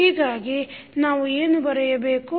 ಹೀಗಾಗಿ ನಾವು ಏನು ಬರೆಯಬೇಕು